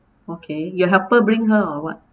okay your helper bring her or what